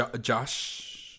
josh